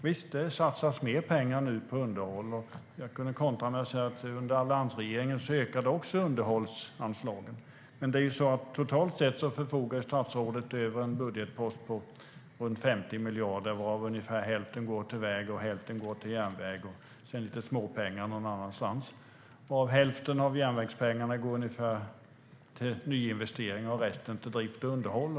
Visst, det satsas mer pengar nu på underhåll. Jag vill kontra med att säga att under alliansregeringen ökade också underhållsanslaget. Men totalt sett förfogar statsrådet över en budget på 50 miljarder, varav hälften går till väg och hälften till järnväg. Sedan går det också lite småpengar till något annat. Hälften av järnvägspengarna går till nyinvestering och resten till drift och underhåll.